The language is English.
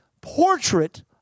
portrait